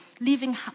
leaving